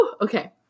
Okay